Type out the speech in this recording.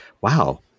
wow